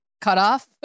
cutoff